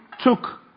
took